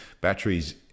batteries